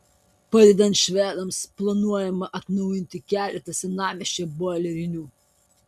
padedant švedams planuojama atnaujinti keletą senamiesčio boilerinių